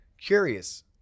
Curious